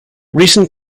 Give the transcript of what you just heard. recent